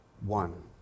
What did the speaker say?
one